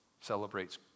celebrates